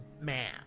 man